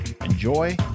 Enjoy